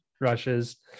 rushes